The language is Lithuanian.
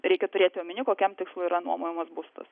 reikia turėti omeny kokiam tikslui yra nuomojamas būstas